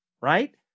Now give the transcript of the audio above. right